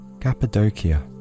Cappadocia